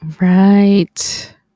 Right